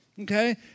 okay